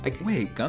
Wait